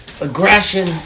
aggression